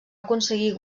aconseguir